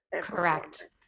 correct